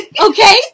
Okay